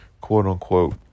quote-unquote